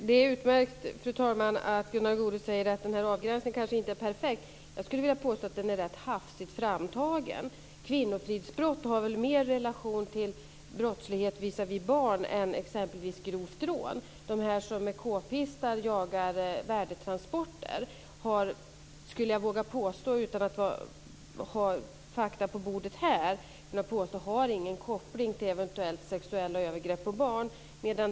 Fru talman! Det är utmärkt att Gunnar Goude säger att den här avgränsningen kanske inte är perfekt. Jag skulle vilja påstå att den är rätt hafsigt framtagen. Kvinnofridsbrott har väl mer relation till brottslighet visavi barn än exempelvis grovt rån. De här personerna som med k-pistar jagar värdetransporter har, skulle jag våga påstå utan att ha fakta på bordet här, ingen koppling till eventuella sexuella övergrepp mot barn.